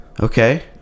okay